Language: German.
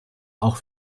auch